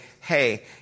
hey